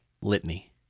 litany